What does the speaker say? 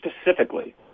specifically